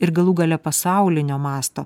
ir galų gale pasaulinio masto